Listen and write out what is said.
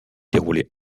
déroulé